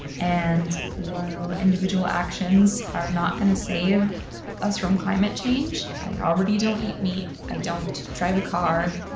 and while but individual actions are not gonna save us from climate change, i already don't eat meat, i don't drive a car,